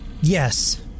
Yes